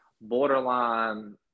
borderline